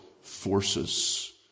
forces